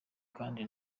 kandi